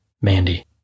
Mandy